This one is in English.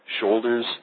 shoulders